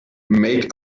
make